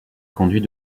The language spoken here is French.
conduit